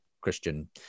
Christian